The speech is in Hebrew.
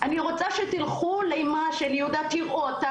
אני רוצה שתלכו לאימא של יהודה, תראו אותה.